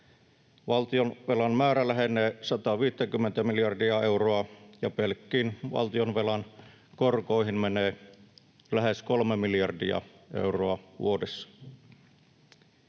Valtion velan määrä lähenee 150:tä miljardia euroa, ja pelkkiin valtionvelan korkoihin menee lähes kolme miljardia euroa vuodessa.